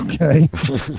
Okay